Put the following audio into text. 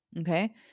okay